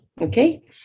okay